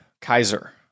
Kaiser